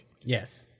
Yes